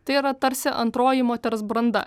tai yra tarsi antroji moters branda